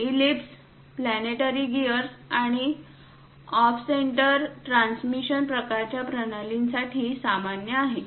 ellipse planetary gears आणि off center transmission प्रकारच्या प्रणालींसाठी सामान्य आहे